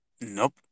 Nope